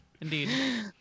Indeed